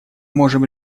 можем